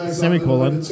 semicolon